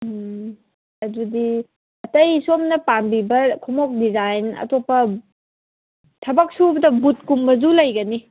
ꯎꯝ ꯑꯗꯨꯗꯤ ꯑꯇꯩ ꯁꯣꯝꯅ ꯄꯥꯝꯕꯤꯕ ꯈꯣꯡꯎꯞ ꯗꯤꯖꯥꯏꯟ ꯑꯇꯣꯞꯄ ꯊꯕꯛ ꯁꯨꯕꯗ ꯕꯨꯠ ꯀꯨꯝꯕꯁꯨ ꯂꯩꯒꯅꯤ